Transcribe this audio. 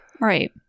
right